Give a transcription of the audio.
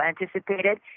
anticipated